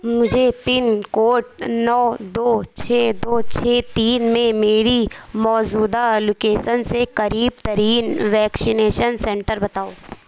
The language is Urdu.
مجھے پن کوٹ نو دو چھ دو چھ تین میں میری موجودہ لوکیسن سے قریب ترین ویکشینیشن سینٹر بتاؤ